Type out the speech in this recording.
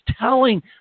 telling